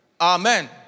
Amen